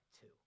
two